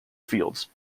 fields